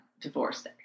divorced